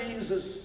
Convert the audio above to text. Jesus